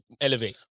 Elevate